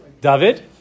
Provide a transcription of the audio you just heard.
David